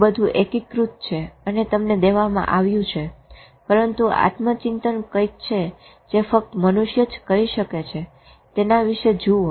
તે બધું એકીકૃત છે અને તમને દેવામાં આવ્યું છે પરંતુ આત્મચિંતન કંઈક છે જે ફક્ત મનુષ્ય જ કરી શકે છે તેના વિશે જુઓ